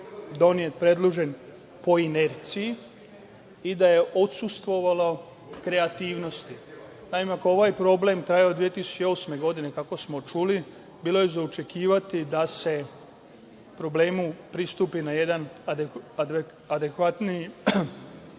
donet, predložen, po inerciji, i da je odsustvovalo kreativnosti. Naime, ako je ovaj problem trajao od 2008. godine, kako smo čuli, bilo je za očekivati da se problemu pristupi na jedan adekvatniji